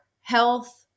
health